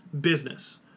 business